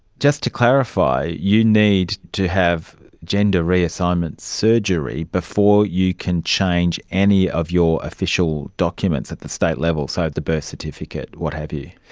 just to clarify, you need to have gender reassignment surgery before you can change any of your official documents at the state level, so the birth certificate, what have you?